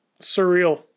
surreal